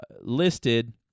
listed